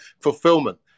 Fulfillment